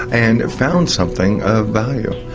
and found something of value.